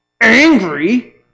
angry